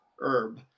herb